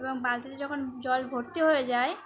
এবং বালতিতে যখন জল ভর্তি হয়ে যায়